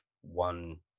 one